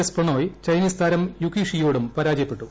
S Pranoy Chinese താരം Yuki Shi യോടും പരാജയപ്പെട്ടു